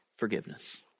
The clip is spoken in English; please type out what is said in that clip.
forgiveness